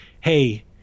hey